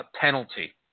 penalty